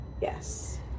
Yes